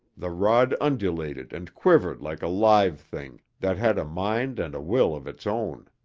the rod undulated and quivered like a live thing that had a mind and a will of its own.